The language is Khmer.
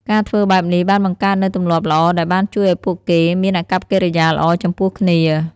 ការធ្វើបែបនេះបានបង្កើតនូវទម្លាប់ល្អដែលបានជួយឲ្យពួកគេមានអាកប្បកិរិយាល្អចំពោះគ្នា។